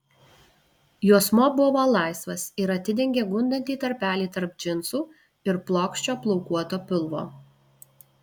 juosmuo buvo laisvas ir atidengė gundantį tarpelį tarp džinsų ir plokščio plaukuoto pilvo